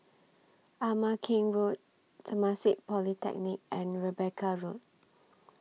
Ama Keng Road Temasek Polytechnic and Rebecca Road